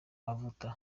mavuta